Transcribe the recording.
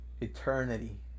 eternity